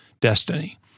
destiny